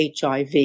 HIV